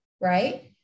right